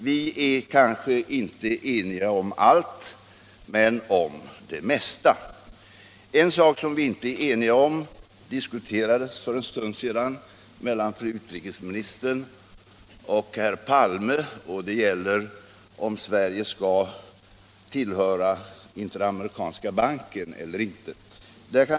Vi är kanske inte eniga om allt men om det mesta. En sak som vi inte är eniga om diskuterades för en stund sedan mellan fru utrikesministern och herr Palme. Det gällde om Sverige skall tillhöra Interamerikanska utvecklingsbanken eller inte.